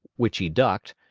which he ducked,